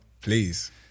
Please